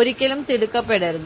ഒരിക്കലും തിടുക്കപ്പെടരുത്